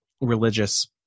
religious